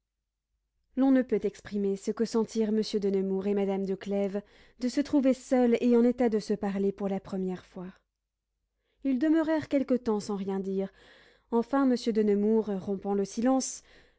l'on ne peut exprimer ce que sentirent monsieur de nemours et madame de clèves de se trouver seuls et en état de se parler pour la première fois ils demeurèrent quelque temps sans rien dire enfin monsieur de nemours rompant le silence